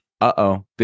Uh-oh